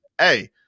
hey